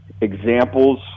examples